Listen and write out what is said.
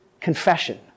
confession